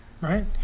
Right